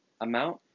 amount